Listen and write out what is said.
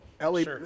Ellie